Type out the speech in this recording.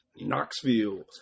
Knoxville